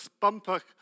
bumper